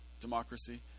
democracy